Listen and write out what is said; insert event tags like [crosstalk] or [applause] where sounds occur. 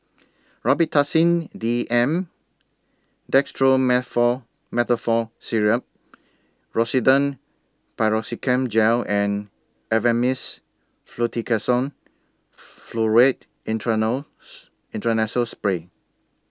Robitussin D M [unintelligible] Syrup Rosiden Piroxicam Gel and Avamys Fluticasone Furoate [unintelligible] Intranasal Spray